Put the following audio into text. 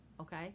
Okay